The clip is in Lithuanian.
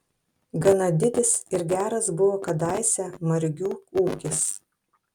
gana didis ir geras buvo kadaise margių ūkis